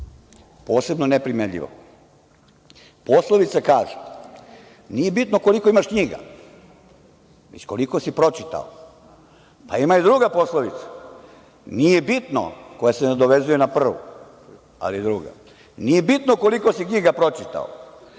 posebno ne primenjivo. Poslovica kaže – nije bitno koliko imaš knjiga, već koliko si pročitao. Ima i druga poslovica koja se nadovezuje na prvu – nije bitno koliko si knjiga pročitao,